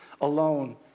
alone